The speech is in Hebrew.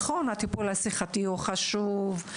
נכון שהטיפול השיחתי הוא חשוב,